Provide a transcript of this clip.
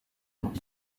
ati